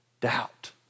doubt